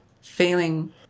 Failing